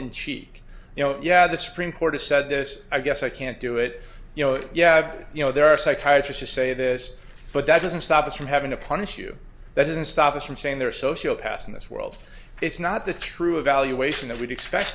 in cheek you know yeah the supreme court has said this i guess i can't do it you know yeah you know there are psychiatry to say this but that doesn't stop us from having to punish you that doesn't stop us from chain their social past in this world it's not the true evaluation that we'd expect